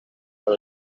quan